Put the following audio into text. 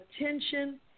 attention